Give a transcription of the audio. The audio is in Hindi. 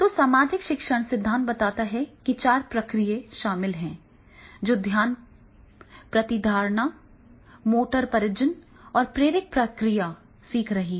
तो सामाजिक शिक्षण सिद्धांत बताता है कि चार प्रक्रियाएं शामिल हैं जो ध्यान प्रतिधारण मोटर प्रजनन और प्रेरक प्रक्रिया सीख रही हैं